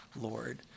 Lord